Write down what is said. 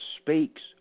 speaks